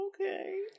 okay